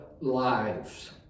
lives